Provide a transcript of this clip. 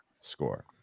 score